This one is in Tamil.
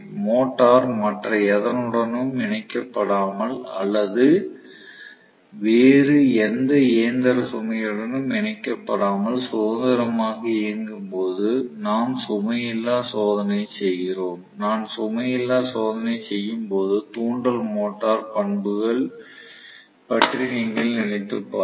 மோட்டார் மற்ற எதனுடனும் இணைக்கப்படாமல் அல்லது வேறு எந்த இயந்திர சுமையுடனும் இணைக்கப்படாமல் சுதந்திரமாக இயங்கும் போது நாம் சுமை இல்லா சோதனையை செய்கிறோம் நான் சுமை இல்லா சோதனையை செய்யும் போது தூண்டல் மோட்டார் பண்புக பற்றி நீங்கள் நினைத்து பாருங்கள்